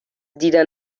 دیدن